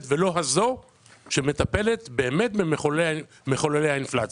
ולא הזאת שמטפלת במחוללי האינפלציה.